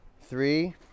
three